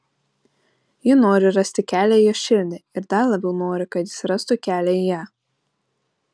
ji nori rasti kelią į jo širdį ir dar labiau nori kad jis rastų kelią į ją